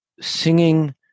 singing